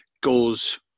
goes